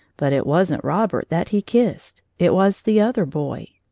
but it wasn't robert that he kissed. it was the other boy!